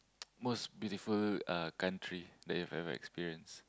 most beautiful uh country that you've ever experienced